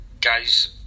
guys